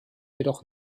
jedoch